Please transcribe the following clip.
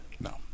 No